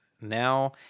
now